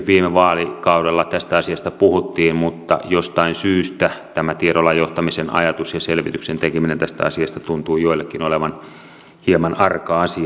viime vaalikaudella tästä asiasta puhuttiin mutta jostain syystä tämä tiedolla johtamisen ajatus ja selvityksen tekeminen tästä asiasta tuntuu joillekin olevan hieman arka asia